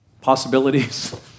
possibilities